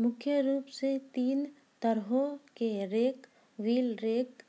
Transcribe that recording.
मुख्य रूप सें तीन तरहो क रेक व्हील रेक,